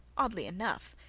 oddly enough,